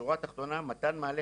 בשורה התחתונה, הוא מתן מענה